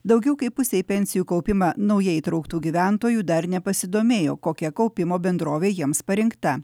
daugiau kaip pusei pensijų kaupimą naujai įtrauktų gyventojų dar nepasidomėjo kokia kaupimo bendrovė jiems parinkta